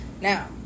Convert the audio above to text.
Now